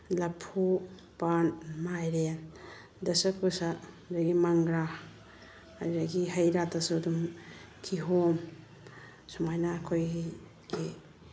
ꯂꯐꯨ ꯄꯥꯟ ꯃꯥꯏꯔꯦꯟ ꯗꯁꯀꯨꯁ ꯑꯗꯒꯤ ꯃꯪꯒ꯭ꯔꯥ ꯑꯗꯨꯒꯤꯗꯒꯤ ꯍꯩꯔꯥꯗꯁꯨ ꯑꯗꯨꯝ ꯀꯤꯍꯣꯝ ꯁꯨꯃꯥꯏꯅ ꯑꯩꯈꯣꯏ